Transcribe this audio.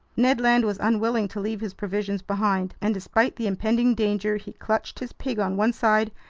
ned land was unwilling to leave his provisions behind, and despite the impending danger, he clutched his pig on one side,